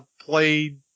played